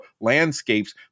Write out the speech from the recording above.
landscapes